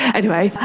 anyway,